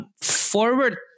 forward